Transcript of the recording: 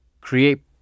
create